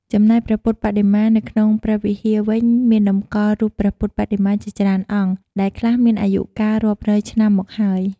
ចំំណែកព្រះពុទ្ធបដិមានៅក្នុងព្រះវិហារវិញមានតម្កល់រូបព្រះពុទ្ធបដិមាជាច្រើនអង្គ ដែលខ្លះមានអាយុកាលរាប់រយឆ្នាំមកហើយ ។